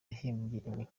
yahimbye